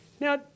Now